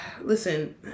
listen